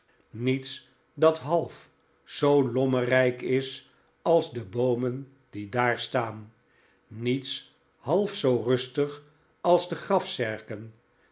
niets dat half zoo lommerrijk is als de boomen die daar staan niets half zoo rustig als de